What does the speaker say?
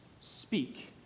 speak